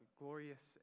glorious